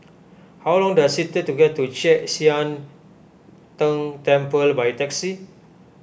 how long does it take to get to Chek Sian Tng Temple by taxi